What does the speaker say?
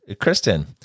Kristen